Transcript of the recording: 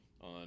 on